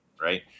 right